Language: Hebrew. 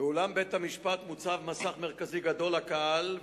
באולם בית-המשפט מוצב מסך מרכזי גדול לקהל,